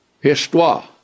Histoire